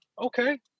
Okay